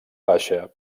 baixa